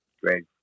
great